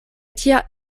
tia